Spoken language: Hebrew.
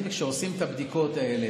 וכשעושים את הבדיקות האלה,